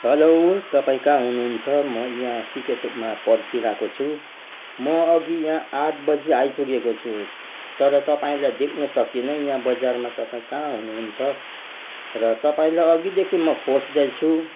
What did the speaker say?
hello तपाईँ कहाँ हुनुहुन्छ म यहाँ सिके चौकमा पर्खिरहेको छु म अघि यहाँ आठ बजी आइपुगेको छु तर तपाईँलाई देख्नु सकिनँ यहाँ बजारमा तपाईँ कहाँ हुनुहुन्छ र तपाईँलाई अघिदेखि म खोज्दैछु